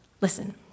Listen